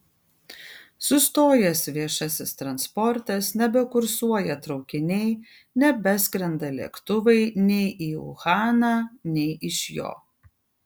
sustojęs viešasis transportas nebekursuoja traukiniai nebeskrenda lėktuvai nei į uhaną nei iš jo